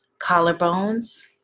Collarbones